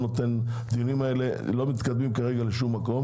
הדיונים האלה כרגע לא מתקדמים לשום מקום